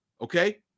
Okay